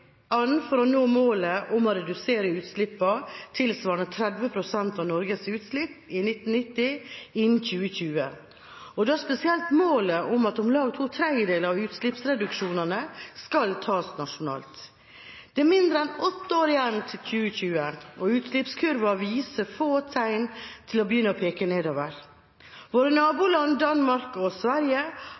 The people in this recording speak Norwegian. an for å nå målet om å redusere utslippene tilsvarende 30 pst. av Norges utslipp i 1990 innen 2020, og da spesielt målet om at om lag to tredjedeler av utslippsreduksjonene skal tas nasjonalt. Det er mindre enn åtte år igjen til 2020, og utslippskurven viser få tegn til å begynne å peke nedover. Våre naboland Danmark og Sverige